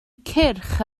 cyrch